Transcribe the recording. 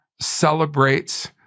celebrates